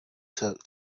took